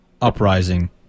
uprising